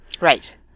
right